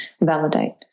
validate